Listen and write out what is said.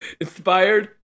Inspired